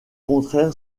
contraire